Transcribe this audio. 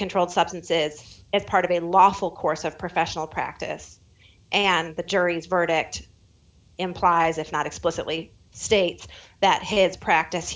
controlled substances as part of a lawful course of professional practice and the jury's verdict implies if not explicitly states that his practice